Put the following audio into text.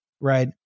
right